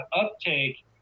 uptake